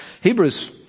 Hebrews